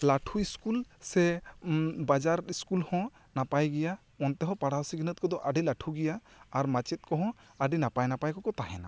ᱞᱟ ᱴᱷᱩ ᱤᱥᱠᱩᱞ ᱥᱮ ᱵᱟᱡᱟᱨ ᱤᱥᱠᱩᱞ ᱦᱚᱸ ᱱᱟᱯᱟᱭ ᱜᱤᱭᱟ ᱚᱱᱛᱮ ᱦᱚᱸ ᱯᱟᱲᱦᱟᱣ ᱥᱤᱠᱷᱱᱟᱹᱛ ᱠᱚᱫᱚ ᱟᱹᱰᱤ ᱞᱟ ᱴᱷᱩ ᱜᱮᱭᱟ ᱟᱨ ᱢᱟᱪᱮᱫ ᱠᱚᱦᱚᱸ ᱟᱹᱰᱤ ᱱᱟᱯᱟᱭ ᱱᱟᱯᱟᱭ ᱠᱚᱠᱚ ᱛᱟᱦᱮᱱᱟ